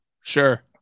Sure